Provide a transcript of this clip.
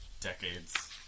decades